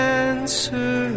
answer